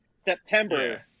September